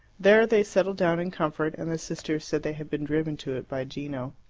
there they settled down in comfort, and the sisters said they had been driven to it by gino.